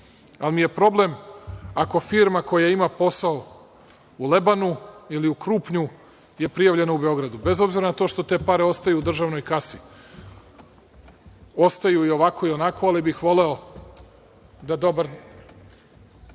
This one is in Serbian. Ali mi je problem ako firma koja ima posao u Lebanu ili u Krupnju je prijavljena u Beogradu bez obzira na to što te pare ostaju u državnoj kasi. Ostaju i ovako i onako, ali bih voleo da dobar